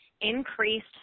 increased